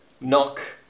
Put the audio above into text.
knock